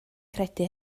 credu